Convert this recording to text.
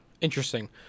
Interesting